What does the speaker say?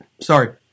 sorry